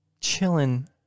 Chilling